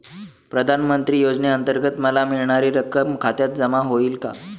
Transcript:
प्रधानमंत्री योजनेअंतर्गत मला मिळणारी रक्कम खात्यात जमा होईल का?